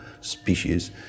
species